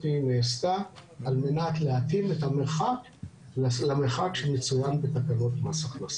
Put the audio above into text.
נעשתה על מנת להתאים את המרחק למרחק שמצוין בתקנות מס הכנסה.